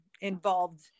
involved